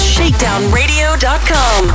ShakedownRadio.com